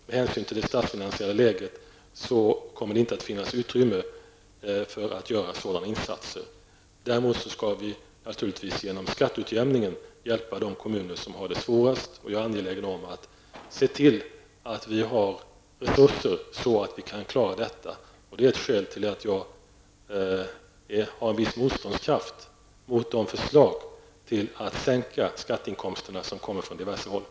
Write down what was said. Med hänsyn till det statsfinansiella läget kommer det inte att finnas utrymme för att göra sådana insatser. Däremot skall vi genom skatteutjämningen hjälpa de kommuner som har det svårast. Jag är angelägen om att se till att det finns resurser så att detta kan klaras. Det är ett skäl till att jag har ett visst motståndskraft mot förslag att sänka skatteinkomsterna som kommer från diverse håll.